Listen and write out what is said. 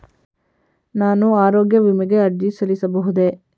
ನಾನು ಆರೋಗ್ಯ ವಿಮೆಗೆ ಅರ್ಜಿ ಸಲ್ಲಿಸಬಹುದೇ?